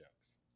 jokes